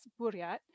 Buryat